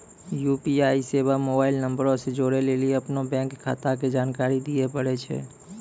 UPI सेबा mobile नंबरो से जोड़ै लेली अपनो बैंक खाता के जानकारी दिये पड़ै छै